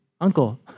uncle